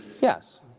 Yes